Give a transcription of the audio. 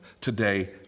today